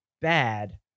bad